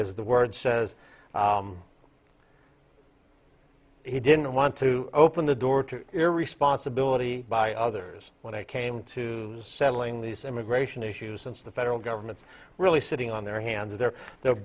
as the word says he didn't want to open the door to irresponsibility by others when it came to settling these immigration issues since the federal government's really sitting on their hands there they're